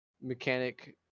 mechanic